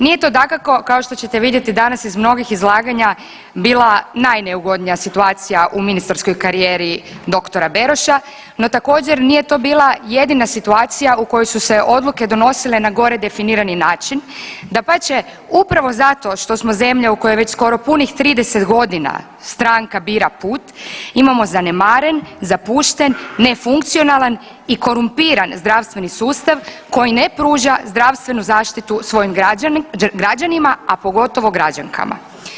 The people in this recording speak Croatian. Nije to dakako kao što ćete vidjeti danas iz mnogih izlaganja bila najneugodnija situacija u ministarskoj karijeri dr. Beroša, no također nije to bila jedina situacija u kojoj su se odluke donosile na gore definirani način, dapače upravo zato što smo zemlja u kojoj je već skoro punih 30.g. „stranka bira put“ imamo zanemaren, zapušten, nefunkcionalan i korumpiran zdravstveni sustav koji ne pruža zdravstvenu zaštitu svojim građanima, a pogotovo građankama.